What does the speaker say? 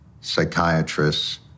psychiatrists